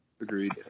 Agreed